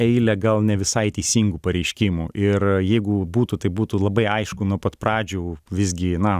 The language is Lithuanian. eilę gal ne visai teisingų pareiškimų ir jeigu būtų tai būtų labai aišku nuo pat pradžių vizgi na